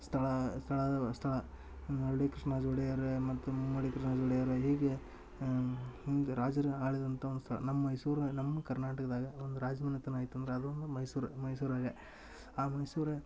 ಸ್ಥಳ ಸ್ಥಳದು ಸ್ಥಳ ಇಮ್ಮಡಿ ಕೃಷ್ಣರಾಜ ಒಡೆಯರ್ ಮತ್ತು ಮುಮ್ಮಡಿ ಕೃಷ್ಣಾರಾಜ್ ಒಡೆಯರ್ ಹೀಗೆ ಹಿಂಗ ರಾಜರು ಆಳಿದಂಥ ಒಂದು ಸ್ಥಳ ನಮ್ಮ ಮೈಸೂರು ನಮ್ಮ ಕರ್ನಾಟಕದಾಗ ಒಂದು ರಾಜ ಮನೆತನ ಇತ್ತಂದರೆ ಅದೊಂದು ಮೈಸೂರು ಮೈಸೂರಗೆ ಆ ಮೈಸೂರು